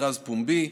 מכרז פומבי,